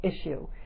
issue